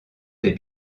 des